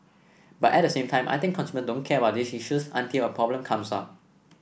but at the same time I think consumers don't care about these issues until a problem comes up